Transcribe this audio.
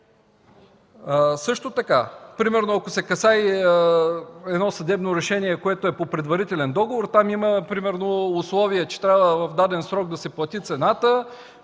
Също така примерно, ако се касае за съдебно решение, което е по предварителен договор, там има примерно условие, че трябва в даден срок да се плати цената.